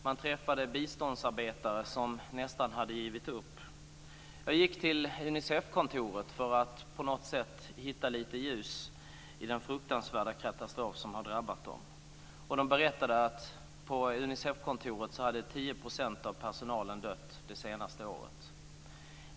Man träffade biståndsarbetare som nästan hade givit upp. Jag gick till Unicefkontoret för att på något sätt hitta lite ljus i den fruktansvärda katastrof som hade drabbat dem. De berättade att 10 % av personalen på Unicefkontoret hade dött det senaste året.